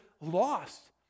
lost